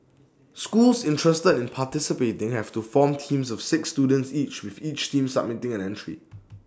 schools interested in participating have to form teams of six students each with each team submitting an entry